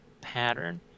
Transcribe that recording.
pattern